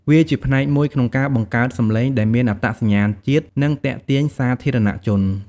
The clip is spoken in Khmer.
វាជាផ្នែកមួយក្នុងការបង្កើតសម្លេងដែលមានអត្តសញ្ញាណជាតិ និងទាក់ទាញសាធារណជន។